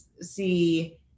see